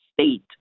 state